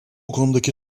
konudaki